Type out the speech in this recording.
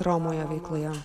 romoje veikloje